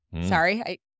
Sorry